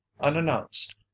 unannounced